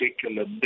particular